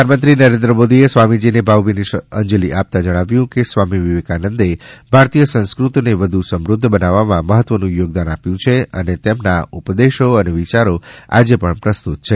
પ્રધાનમંત્રી નરેન્દ્ર મોદીએ સ્વામીજીને ભાવભીની અંજલિ આપતા જણાવ્યું હતું કે સ્વામી વિવેકાનંદે ભારતીય સંસ્કૃતિને વધુ સમૃદ્ધ બનાવવામાં મહત્વનું યોગદાન આપ્યું છે અને તેમના ઉપદેશો અને વિયારો આજે પણ પ્રસ્તુત છે